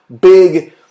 big